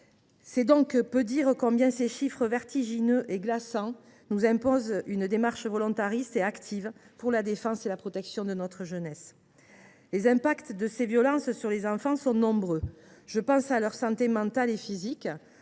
C’est peu dire que ces chiffres vertigineux et glaçants nous imposent une démarche volontariste et active en faveur de la défense et de la protection de notre jeunesse. Les impacts de ces violences sur les enfants sont nombreux ; je pense à leur santé mentale et physique,